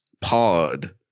pod